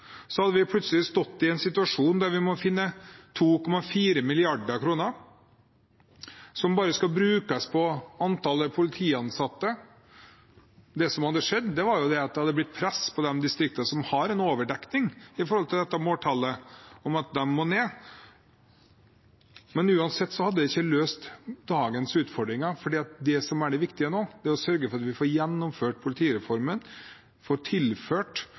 hadde vi plutselig stått i en situasjon der vi måtte finne 2,4 mrd. kr som bare skulle brukes på antall politiansatte. Det som hadde skjedd, var at det hadde blitt press på de distriktene som har en overdekning i forhold til dette måltallet – at det må ned der. Men uansett hadde det ikke løst dagens utfordringer. For det som er det viktige nå, er å sørge for at vi får gjennomført politireformen og tilført